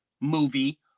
movie